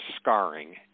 scarring